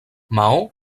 maó